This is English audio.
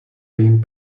being